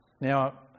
Now